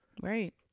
Right